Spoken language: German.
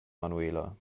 manuela